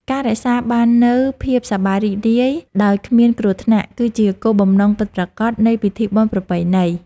ការរក្សាបាននូវភាពសប្បាយរីករាយដោយគ្មានគ្រោះថ្នាក់ គឺជាគោលបំណងពិតប្រាកដនៃពិធីបុណ្យប្រពៃណី។